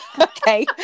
Okay